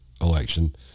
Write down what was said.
election